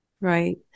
Right